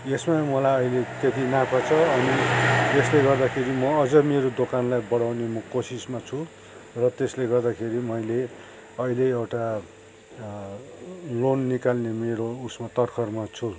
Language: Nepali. यसमा मलाई अहिले त्यति नाफा छ अनि यसले गर्दाखेरि म अझ मेरो दोकानलाई बढाउने म कोसिसमा छु र त्यसले गर्दाखेरि मैले अहिले एउटा लोन निकाल्ने मेरो उसमा तर्खरमा छु